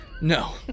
No